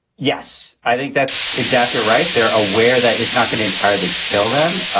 yes, i think that's exactly right. they're aware that it's not going to entirely kill them.